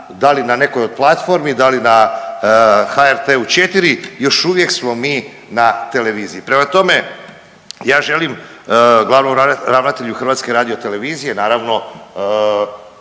da li na nekoj platformi, da li na HRT-u 4 još uvijek smo mi na televiziji. Prema tome, ja želim glavnom ravnatelju HRT-a naravno